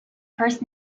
first